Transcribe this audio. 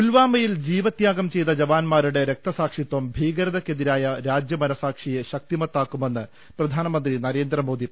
പുൽവാമയിൽ ജീവത്യാഗം ചെയ്ത ജവാന്മാരുടെ രക്തസാക്ഷിത്വം ഭീകരതയ്ക്കെതിരായ രാജ്യമനസാക്ഷിയെ ശക്തിമത്താക്കുമെന്ന് പ്രധാ നമന്ത്രി നരേന്ദ്രമോദി